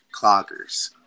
Cloggers